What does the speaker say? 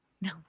No